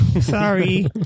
Sorry